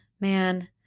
man